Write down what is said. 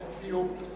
לסיום.